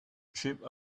chipped